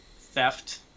theft